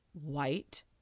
white